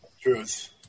Truth